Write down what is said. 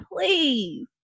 please